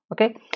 okay